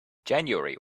january